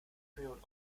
millionen